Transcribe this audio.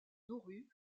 nauru